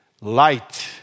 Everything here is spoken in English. Light